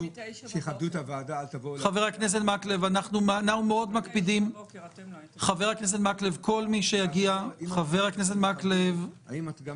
חבר הכנסת מקלב, כל מי שמגיע חבל